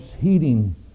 heating